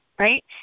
Right